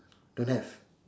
don't have